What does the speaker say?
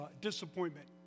disappointment